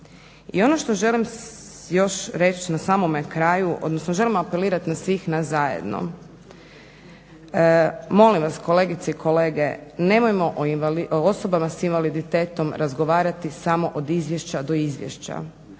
I ono što želim još reći na samome kraju, odnosno želim apelirati na sve nas zajedno, molim vas kolegice i kolege nemojmo o osobama s invaliditetom razgovarati samo od izvješća do izvješća.